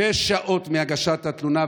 שש שעות מהגשת התלונה,